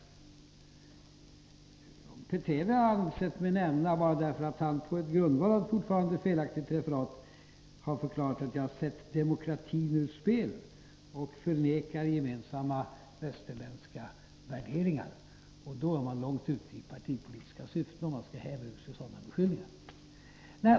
Gustaf Petrén har jag ansett mig böra nämna bara därför att han, på grundval av ett fortfarande felaktigt referat, har förklarat att jag har satt demokratin ur spel och förnekar gemensamma västerländska värderingar. Man är långt ute i partipolitiska syften om man häver ur sig sådana beskyllningar.